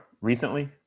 recently